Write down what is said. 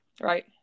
right